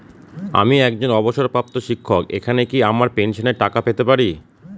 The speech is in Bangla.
আমি একজন অবসরপ্রাপ্ত শিক্ষক এখানে কি আমার পেনশনের টাকা পেতে পারি?